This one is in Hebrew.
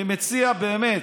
אני מציע באמת,